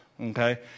okay